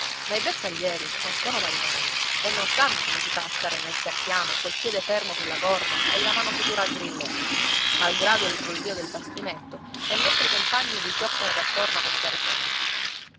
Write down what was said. ma i bersaglieri non sono marinari e non sanno come si fa a stare nel sartiame col piede fermo sulla corda e la mano sicura al grilletto malgrado il rollio del bastimento e mentre i compagni vi fioccano d'attorno come pere fradicie